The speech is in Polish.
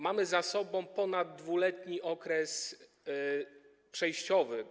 Mamy za sobą ponad 2-letni okres przejściowy.